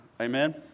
Amen